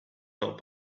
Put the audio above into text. not